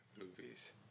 movies